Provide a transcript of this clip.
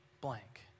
blank